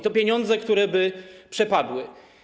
To pieniądze, które by przepadły.